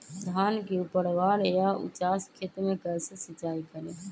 धान के ऊपरवार या उचास खेत मे कैसे सिंचाई करें?